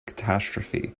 catastrophe